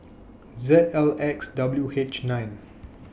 Z L X W H nine